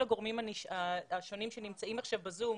הגורמים השונים שנמצאים עכשיו ב-זום,